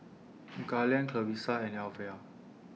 Garland Clarissa and Alvia